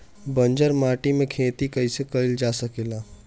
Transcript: बंजर माटी में खेती कईसे कईल जा सकेला?